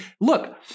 look